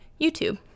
YouTube